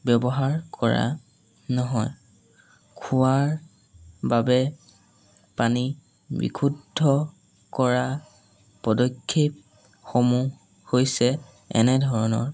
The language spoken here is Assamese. ব্যৱহাৰ কৰা নহয় খোৱাৰ বাবে পানী বিশুদ্ধ কৰা পদক্ষেপসমূহ হৈছে এনেধৰণৰ